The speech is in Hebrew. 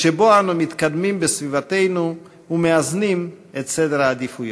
שבו אנו מתמקדים בסביבתנו ומאזנים את סדר העדיפויות.